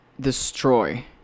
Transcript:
destroy